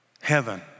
Heaven